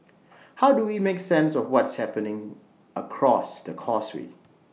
how do we make sense of what's happening across the causeway